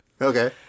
Okay